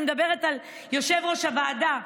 אני מדברת על יושב-ראש הוועדה,